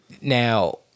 Now